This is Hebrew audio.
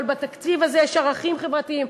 אבל בתקציב הזה יש ערכים חברתיים,